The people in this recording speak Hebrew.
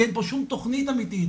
כי אין פה שום תכנית אמיתית,